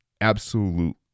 absolute